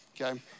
okay